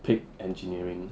pick engineering